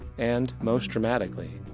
and most dramatically,